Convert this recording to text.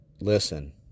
listen